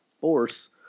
force